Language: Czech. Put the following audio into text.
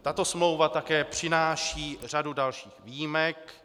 Tato smlouva také přináší řadu dalších výjimek.